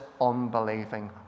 unbelieving